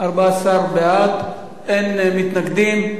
14 בעד, אין מתנגדים.